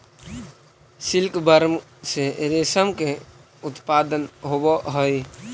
silkworm से रेशम के उत्पादन होवऽ हइ